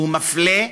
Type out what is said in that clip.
שהוא מפלה,